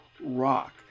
rock